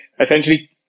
essentially